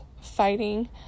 fighting